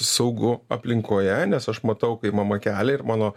saugu aplinkoje nes aš matau kaip mama kelia ir mano